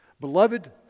Beloved